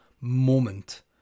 moment